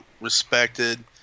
respected